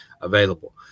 available